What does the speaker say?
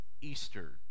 Easter